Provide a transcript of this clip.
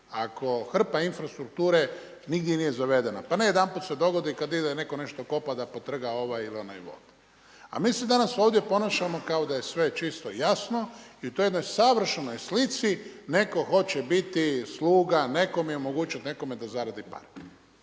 ako hrpa infrastrukture nigdje nije zavedena. Pa ne jedanput se dogodi kad ide netko nešto kopati da potrga ovaj ili onaj vod. A mi se danas ovdje ponašamo kao da je sve čisto i jasno i u toj jednoj savršenoj slici netko hoće biti sluga nekome i omogućiti nekome da zaradi pare.